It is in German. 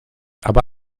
aber